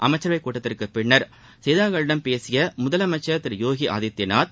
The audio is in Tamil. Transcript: அமைச்சரவைக் கூட்டத்திற்கு பின்னர் செய்தியாளர்களிடம் பேசிய முதலமைச்சர் திரு யோகி ஆதித்யநாத்